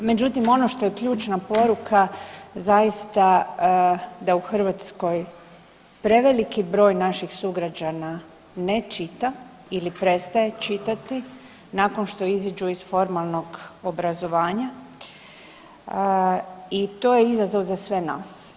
Međutim, ono što je ključna poruka zaista da u Hrvatskoj preveliki broj naših sugrađana ne čita ili prestaje čitati nakon što izađu iz formalnog obrazovanja i to je izazov za sve nas.